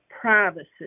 privacy